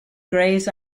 grays